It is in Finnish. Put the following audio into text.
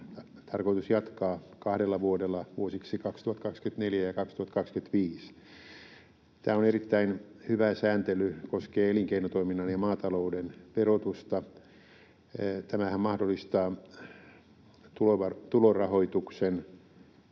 tarkoitus jatkaa kahdella vuodella vuosiksi 2024 ja 2025. Tämä on erittäin hyvä sääntely. Se koskee elinkeinotoiminnan ja maatalouden verotusta. Tämähän mahdollistaa tulorahoituksen,